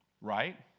right